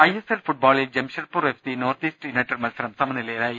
ISL ഫുട്ബോളിൽ Jamshedpur FC North East United മത്സരം സമനിലയിലായി